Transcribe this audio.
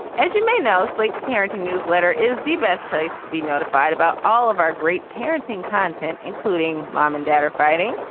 as you may know, slate's parenting newsletter is the best place to be notified about all of our great parenting content, including mom and dad are fighting,